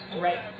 Right